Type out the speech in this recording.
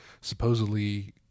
supposedly